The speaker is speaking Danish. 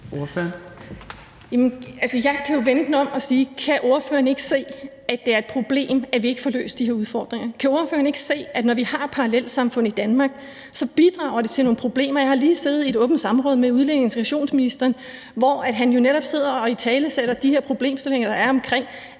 om ordføreren ikke kan se, at det er et problem, at vi ikke får løst de her udfordringer. Kan ordføreren ikke se, at når vi har parallelsamfund i Danmark, bidrager det til nogle problemer? Jeg har lige siddet i et åbent samråd med udlændinge- og integrationsministeren, hvor han jo netop sidder og italesætter de her problemstillinger, der er, med,